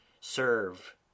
serve